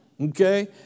Okay